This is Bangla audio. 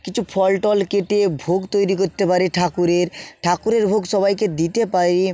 কিছু ফলটল কেটে ভোগ তৈরি করতে পারি ঠাকুরের ঠাকুরের ভোগ সবাইকে দিতে পারি